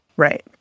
Right